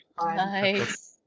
Nice